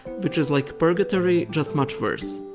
which is like purgatory, just much worse.